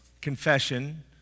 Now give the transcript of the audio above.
Confession